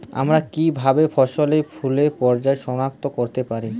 আমরা কিভাবে ফসলে ফুলের পর্যায় সনাক্ত করতে পারি?